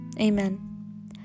Amen